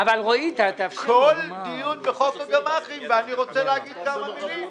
כל דיון בחוק הגמ"חים, ואני רוצה להגיד כמה מילים.